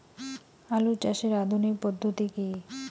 আলু চাষের আধুনিক পদ্ধতি কি?